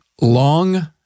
Long